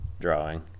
drawing